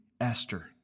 Esther